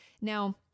Now